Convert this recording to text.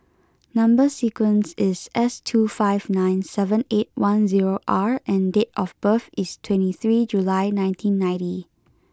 number sequence is S two five nine seven eight one zero R and date of birth is twenty three July nineteen ninety